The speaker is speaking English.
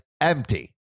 empty